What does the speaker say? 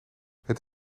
het